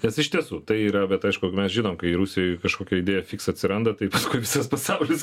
kas iš tiesų tai yra vat aišku mes žinom kai rusijoj kažkokia idėja fiks atsiranda tai paskui visas pasaulis